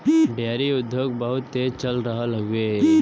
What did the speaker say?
dairy उद्योग बहुत तेज चल रहल हउवे